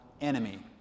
enemy